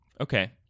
Okay